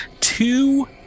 two